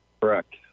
correct